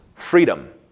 Freedom